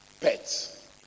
Pets